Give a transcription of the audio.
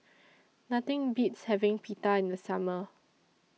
Nothing Beats having Pita in The Summer